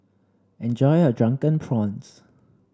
enjoy your Drunken Prawns